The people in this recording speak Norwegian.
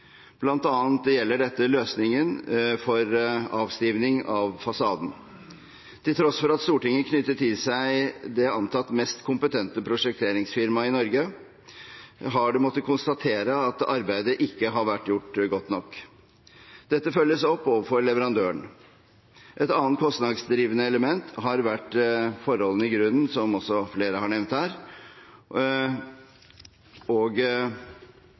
annet gjelder dette løsningen for avstivning av fasaden. Til tross for at Stortinget knyttet til seg det antatt mest kompetente prosjekteringsfirmaet i Norge, har man måttet konstatere at arbeidet ikke har vært gjort godt nok. Dette følges opp overfor leverandøren. Et annet kostnadsdrivende element har vært forholdene i grunnen, som også flere har nevnt her, og